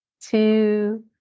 two